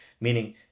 Meaning